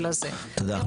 תודה.